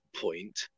point